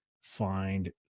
find